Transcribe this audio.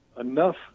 enough